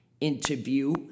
interview